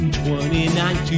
2019